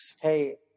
Hey